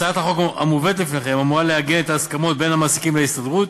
הצעת החוק המובאת לפניכם אמורה לעגן את ההסכמות בין המעסיקים להסתדרות.